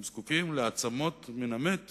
הם זקוקים לעצמות מן המת